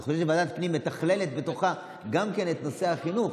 אני חושב שוועדת הפנים מתכללת גם את נושא החינוך,